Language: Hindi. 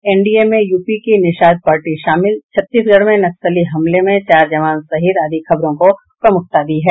एनडीए में यूपी की निषाद पार्टी शामिल छत्तीसगढ़ में नक्सली हमले में चार जवान शहीद आदि खबरों को प्रमुखता दी है